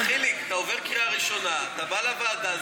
אבל חיליק, זה עובר קריאה ראשונה, אתה בא לוועדה.